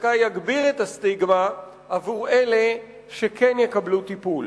דווקא יגביר את הסטיגמה עבור אלה שכן יקבלו טיפול.